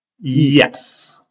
yes